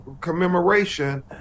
commemoration